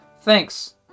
Thanks